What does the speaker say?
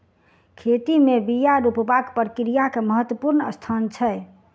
खेती में बिया रोपबाक प्रक्रिया के महत्वपूर्ण स्थान छै